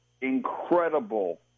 incredible